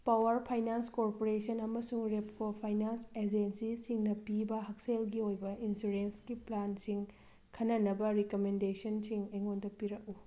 power finance corporation ꯑꯃꯁꯨꯡ Repco finance ꯑꯦꯖꯦꯟꯁꯤꯁꯤꯡꯅ ꯄꯤꯕ ꯍꯛꯁꯦꯜꯒꯤ ꯑꯣꯏꯕ ꯏꯟꯁꯨꯔꯦꯟꯁꯀꯤ ꯄ꯭ꯂꯥꯟꯁꯤꯡ ꯈꯟꯅꯅꯕ ꯔꯤꯀꯃꯦꯟꯗꯦꯁꯟꯁꯤꯡ ꯑꯩꯉꯣꯟꯗ ꯄꯤꯔꯛꯎ